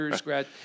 grad